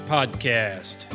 Podcast